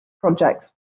projects